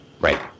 Right